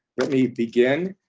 let me begin